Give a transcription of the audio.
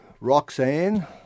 Roxanne